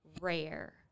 rare